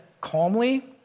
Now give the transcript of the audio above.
calmly